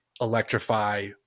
electrify